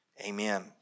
Amen